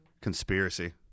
conspiracy